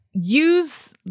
use